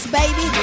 baby